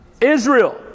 Israel